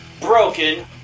Broken